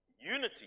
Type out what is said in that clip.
Unity